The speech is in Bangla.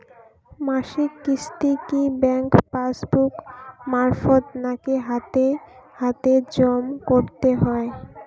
মাসিক কিস্তি কি ব্যাংক পাসবুক মারফত নাকি হাতে হাতেজম করতে হয়?